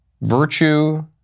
Virtue